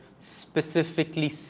specifically